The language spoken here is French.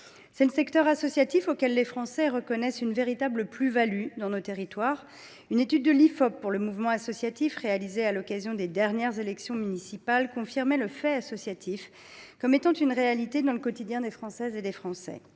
C’est un secteur auquel les Français reconnaissent une véritable plus value dans nos territoires. Une étude de l’Ifop, réalisée pour le Mouvement associatif à l’occasion des dernières élections municipales, confirmait que le fait associatif constitue une réalité dans le quotidien des Françaises et des Français.